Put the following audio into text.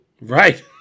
right